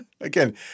again